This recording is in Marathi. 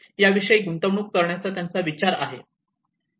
याविषयी गुंतवणूक करण्याचा त्यांचा विचार आहे